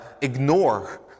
ignore